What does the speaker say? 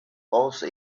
also